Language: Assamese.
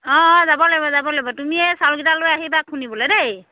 অঁ অঁ যাব লাগিব যাব লাগিব তুমি এই চাউকেইটা লৈ আহিবা খুন্দিবলৈ দেই